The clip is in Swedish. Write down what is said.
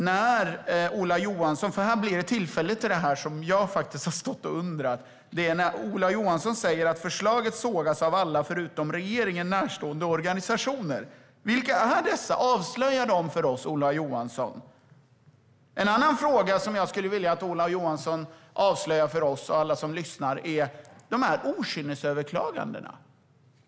När Ola Johansson säger att förslaget sågas av alla förutom av regeringen närstående organisationer blir det tillfälle att fråga om det som jag har undrat. Vilka är dessa organisationer? Avslöja dem för oss, Ola Johansson! En annan sak som jag skulle vilja att Ola Johansson avslöjar för oss och för alla som lyssnar gäller alla dessa okynnesöverklaganden.